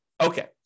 Okay